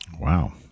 Wow